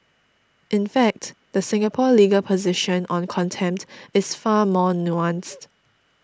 in fact the Singapore legal position on contempt is far more nuanced